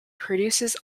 produces